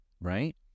right